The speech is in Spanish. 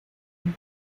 club